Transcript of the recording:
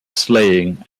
slaying